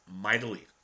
mightily